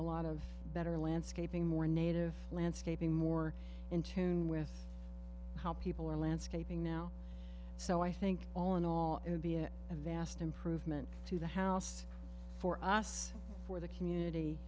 a lot of better landscaping more native landscaping more in tune with how people are landscaping now so i think all in all it would be a vast improvement to the house for us for the community